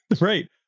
Right